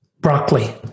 Broccoli